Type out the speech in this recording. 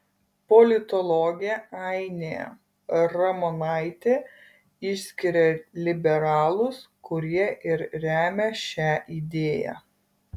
politologė ainė ramonaitė išskiria liberalus kurie ir remia šią idėją